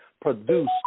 produce